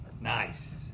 nice